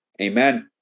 Amen